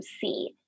see